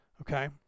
okay